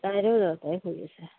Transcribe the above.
তাইৰো